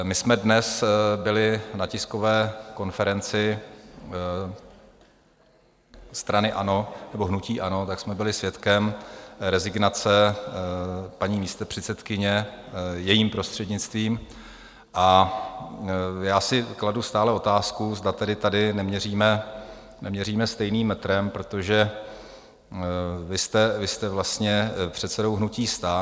My jsme dnes byli na tiskové konferenci strany ANO nebo hnutí ANO, tak jsme byli svědkem rezignace paní místopředsedkyně, jejím prostřednictvím, a já si kladu stále otázku, zda tedy tady neměříme stejným metrem, protože vy jste vlastně předsedou hnutí STAN.